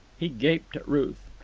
he gaped at ruth.